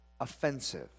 offensive